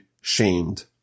shamed